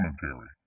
commentary